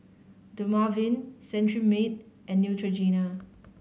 Dermaveen Cetrimide and Neutrogena